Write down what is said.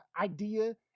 idea